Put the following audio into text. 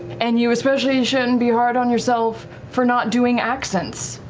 and you especially shouldn't be hard on yourself for not doing accents.